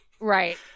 Right